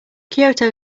kyoto